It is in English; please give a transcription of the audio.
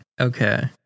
Okay